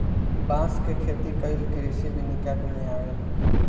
बांस के खेती कइल कृषि विनिका में अवेला